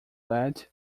lad